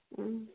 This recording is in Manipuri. ꯎꯝ